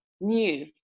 new